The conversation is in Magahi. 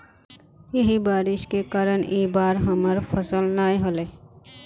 यही बारिश के कारण इ बार हमर फसल नय होले?